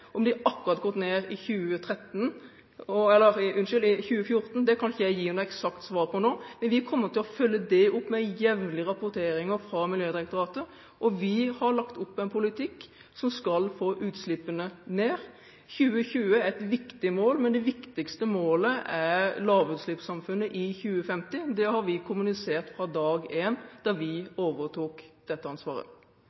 Om de går ned akkurat i 2014, kan jeg ikke gi noe eksakt svar på nå, men vi kommer til å følge det opp med jevnlige rapporteringer fra Miljødirektoratet, og vi har lagt opp en politikk som skal få utslippene ned. 2020 er et viktig mål, men det viktigste målet er lavutslippssamfunnet i 2050. Det har vi kommunisert fra dag én, da vi